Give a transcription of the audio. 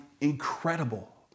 incredible